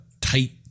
tight